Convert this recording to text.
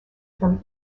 from